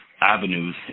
avenues